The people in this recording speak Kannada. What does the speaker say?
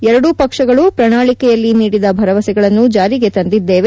ಎರಡೂ ಪಕ್ಷಗಳೂ ಪ್ರಣಾಳಿಕೆಯಲ್ಲಿ ನೀದಿದ ಭರವಸೆಗಳನ್ನು ಜಾರಿಗೆ ತಂದಿದ್ದೇವೆ